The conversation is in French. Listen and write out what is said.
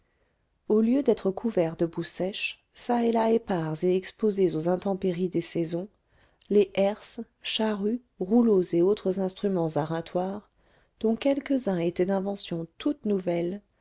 au lieu d'être couverts de boue sèche çà et là épars et exposés aux intempéries des saisons les herses charrues rouleaux et autres instruments aratoires dont quelques-uns étaient d'invention toute nouvelle